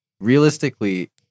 realistically